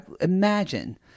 imagine